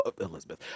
Elizabeth